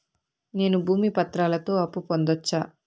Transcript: నేను భూమి పత్రాలతో అప్పు పొందొచ్చా?